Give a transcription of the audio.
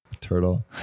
Turtle